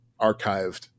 archived